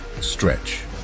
Stretch